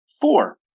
four